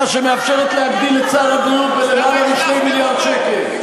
שמאפשרת להגדיל את סל הבריאות ביותר מ-2 מיליארד שקל.